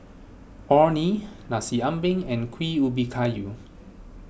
Orh Nee Nasi Ambeng and Kueh Ubi Kayu